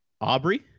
Aubrey